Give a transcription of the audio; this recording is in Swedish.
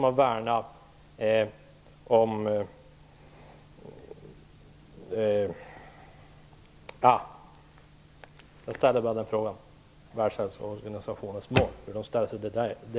Hur ställer sig kds till det?